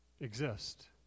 exist